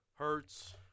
Hertz